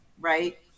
right